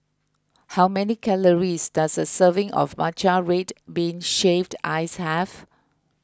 how many calories does a serving of Matcha Red Bean Shaved Ice have